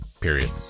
period